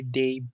day